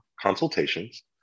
consultations